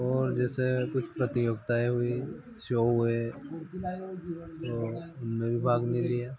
और जैसे कुछ प्रतियोगिताए हुई स्यो हुए और उनमें भी भाग नहीं लिया